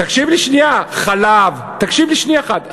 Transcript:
תקשיב לי שנייה, תקשיב לי שנייה אחת.